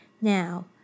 now